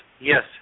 yes